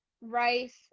rice